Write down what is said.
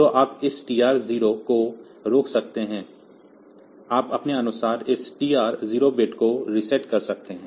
तो आप इस TR0 को रोक सकते हैं आप अपने अनुसार इस TR0 बिट को रीसेट कर सकते हैं